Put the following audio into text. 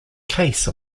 case